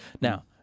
Now